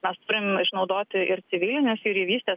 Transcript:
mes turim išnaudoti ir civilinės jūreivystės